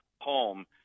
home